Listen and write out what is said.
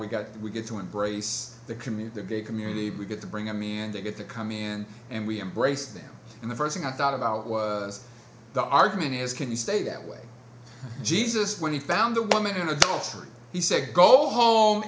we got we get to embrace the commune the gay community we get to bring a mandate to come in and we embrace them and the first thing i thought about was the argument is can you stay that way jesus when he found the woman in adultery he said go home